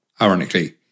ironically